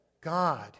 God